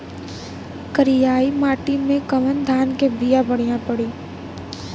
करियाई माटी मे कवन धान के बिया बढ़ियां पड़ी?